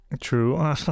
True